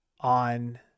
on